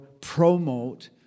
promote